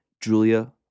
Julia